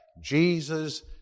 Jesus